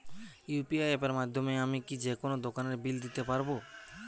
UPI অ্যাপের মাধ্যমে আমি কি যেকোনো দোকানের বিল দিতে পারবো?